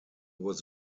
was